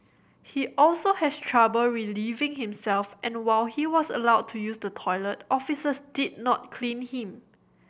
he also has trouble relieving himself and while he was allowed to use the toilet officers did not clean him